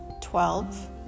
twelve